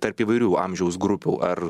tarp įvairių amžiaus grupių ar